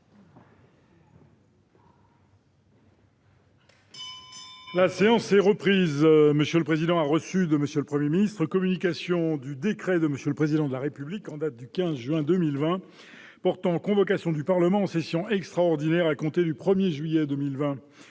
La séance est reprise. M. le président du Sénat a reçu de M. le Premier ministre communication du décret de M. le Président de la République en date du 15 juin 2020 portant convocation du Parlement en session extraordinaire à compter du 1 juillet 2020.